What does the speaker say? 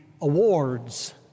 awards